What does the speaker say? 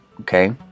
okay